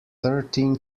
thirteen